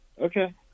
Okay